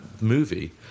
movie